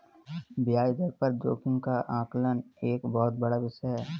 ब्याज दर जोखिम का आकलन एक बहुत बड़ा विषय है